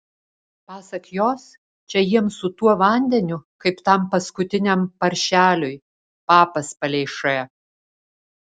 pasak jos čia jiems su tuo vandeniu kaip tam paskutiniam paršeliui papas palei š